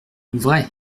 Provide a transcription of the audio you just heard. vrai